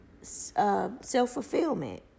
self-fulfillment